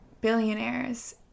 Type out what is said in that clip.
billionaires